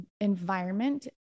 environment